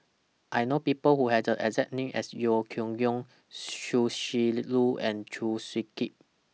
I know People Who Have The exact name as Yeo Yeow Kwang Chia Shi Lu and Chew Swee Kee